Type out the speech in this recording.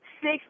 six